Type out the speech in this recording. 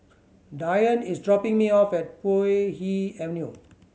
Diane is dropping me off at Puay Hee Avenue